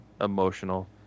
emotional